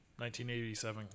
1987